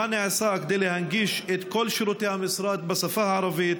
2. מה נעשה כדי להנגיש את כל שירותי המשרד בשפה הערבית?